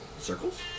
Circles